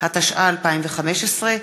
התשע"ה 2015,